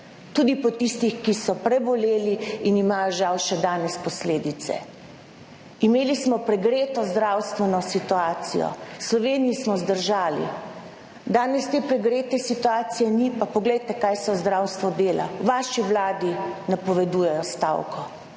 tudi po tistih, ki so preboleli in imajo žal še danes posledice. Imeli smo pregreto zdravstveno situacijo. V Sloveniji smo zdržali. Danes te pregrete situacije ni, pa poglejte kaj se v zdravstvu dela, v vaši vladi napovedujejo stavko.